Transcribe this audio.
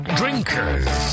drinkers